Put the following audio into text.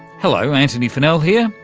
hello, antony funnell here,